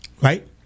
Right